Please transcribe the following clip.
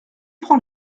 prend